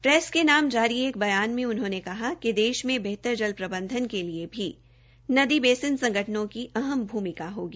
press के नाम जारी बयान में उन्होंने कहा कि देश में बेहतर जल प्रबंधन के लिए नदी बेसिन संगठनों की अहम भूमिका होगी